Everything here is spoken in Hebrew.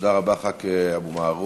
תודה רבה, חבר הכנסת אבו מערוף.